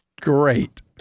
Great